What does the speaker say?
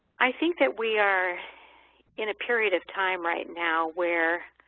i think that we are in a period of time right now where,